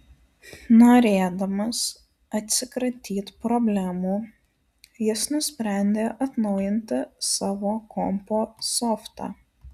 norėdamas atsikratyt problemų jis nusprendė atnaujinti savo kompo softą